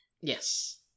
Yes